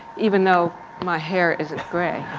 even though my hair isn't gray,